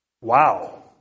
wow